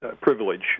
privilege